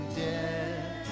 death